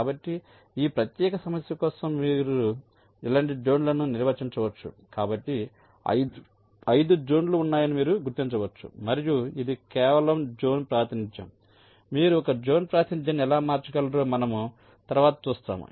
కాబట్టి ఈ ప్రత్యేక సమస్య కోసం మీరు ఇలాంటి జోన్లను నిర్వచించవచ్చు మరియు 5 జోన్లు ఉన్నాయని మీరు గుర్తించవచ్చు మరియు ఇది కేవలం జోన్ ప్రాతినిధ్యం మీరు ఈ జోన్ ప్రాతినిధ్యాన్ని ఎలా మార్చగలరో మనము తరువాత చూస్తాము